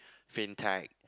fintech